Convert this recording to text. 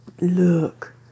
Look